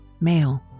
male